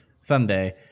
Someday